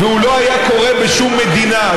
והוא לא היה קורה בשום מדינה.